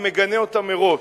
אני מגנה אותה מראש.